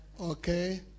Okay